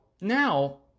now